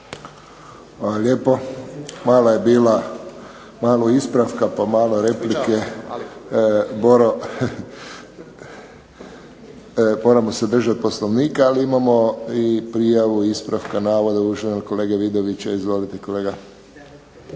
lijepo. Malo je bila, malo ispravka pa malo replike. Boro, moramo se držati Poslovnika, ali imamo i prijavu ispravka navoda uvaženog kolege Vidovića. Izvolite kolega.